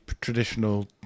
traditional